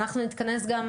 אנחנו נתכנס גם,